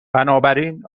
بنابراین